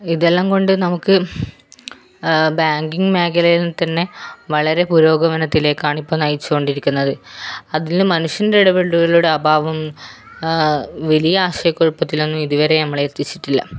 ഇതെല്ലാം കൊണ്ട് നമുക്ക് ബാങ്കിംഗ് മേഖലയിൽ തന്നെ വളരെ പുരോഗമനത്തിലേക്കാണ് ഇപ്പം നയിച്ചു കൊണ്ടിരിക്കുന്നത് അതിൽ മനുഷ്യൻ്റെ ഇടപെടലുകളുടെ അഭാവം വലിയ ആശയക്കുഴപ്പത്തിലൊന്നും ഇതുവരെ നമ്മളെ എത്തിച്ചിട്ടില്ല